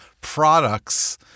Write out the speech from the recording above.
products